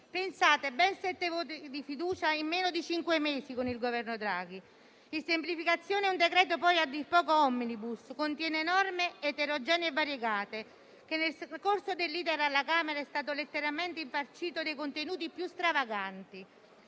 Pensate: ben sette voti di fiducia in meno di cinque mesi con il governo Draghi. Il decreto semplificazioni è un provvedimento poi a dir poco *omnibus*: contiene norme eterogenee e variegate, che nel corso dell'*iter* alla Camera è stato letteralmente infarcito dei contenuti più stravaganti.